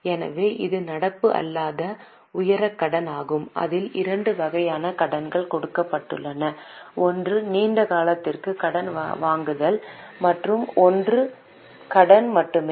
எனவே இது நடப்பு அல்லாத உயரக் கடன் ஆகும் அதில் இரண்டு வகையான கடன்கள் கொடுக்கப்பட்டுள்ளன ஒன்று நீண்ட காலத்திற்கு கடன் வாங்குதல் மற்றும் ஒன்று கடன் மட்டுமே